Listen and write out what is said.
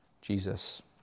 Jesus